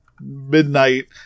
midnight